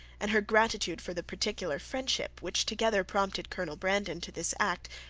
and her gratitude for the particular friendship, which together prompted colonel brandon to this act,